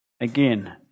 again